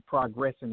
progressing